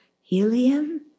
Helium